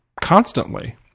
constantly